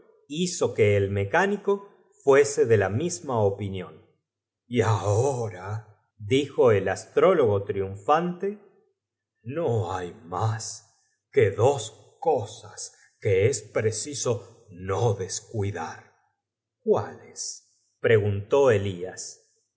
hizo que el mecánico fuese de la misma opinión y ahora dijo el astrólogo triuufaute no hay más que dos cosas que es p eciso oo descu idar cuálesy preguntó elías